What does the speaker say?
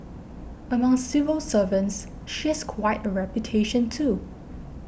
among civil servants she has quite a reputation too